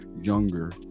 younger